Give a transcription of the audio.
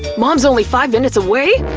mom's only five minutes away!